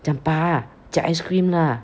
我讲爸 jiak ice cream lah